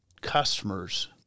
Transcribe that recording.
customers